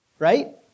Right